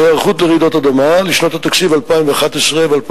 להיערכות לרעידות אדמה לשנות התקציב 2011 ו-2012.